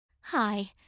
Hi